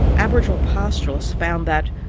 aboriginal pastoralists found that,